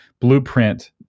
blueprint